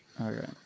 Okay